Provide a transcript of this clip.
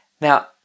Now